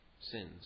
sins